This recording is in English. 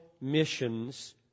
missions